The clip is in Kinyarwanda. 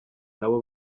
nabo